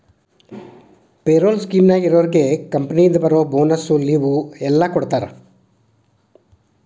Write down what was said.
payroll ಸ್ಕೇಮ್ನ್ಯಾಗ ಇರೋರ್ಗೆ ಕಂಪನಿಯಿಂದ ಬರೋ ಬೋನಸ್ಸು ಲಿವ್ವು ಎಲ್ಲಾ ಕೊಡ್ತಾರಾ